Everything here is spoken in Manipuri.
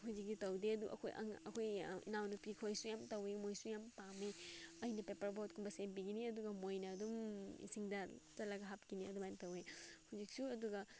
ꯍꯧꯖꯤꯛꯇꯤ ꯇꯧꯗꯦ ꯑꯗꯨ ꯑꯩꯈꯣꯏ ꯑꯩꯈꯣꯏ ꯏꯅꯥꯎ ꯅꯨꯄꯤꯈꯣꯏꯁꯨ ꯌꯥꯝ ꯇꯧꯋꯤ ꯃꯣꯏꯁꯨ ꯌꯥꯝ ꯄꯥꯝꯃꯦ ꯑꯩꯅ ꯄꯦꯄꯔ ꯕꯣꯠꯒꯨꯝꯕ ꯁꯦꯝꯕꯤꯒꯅꯤ ꯑꯗꯨꯒ ꯃꯣꯏꯅ ꯑꯗꯨꯝ ꯏꯁꯤꯡꯗ ꯆꯠꯂꯒ ꯍꯥꯞꯀꯅꯤ ꯑꯗꯨꯃꯥꯏꯅ ꯇꯧꯋꯦ ꯍꯧꯖꯤꯛꯁꯨ ꯑꯗꯨꯒ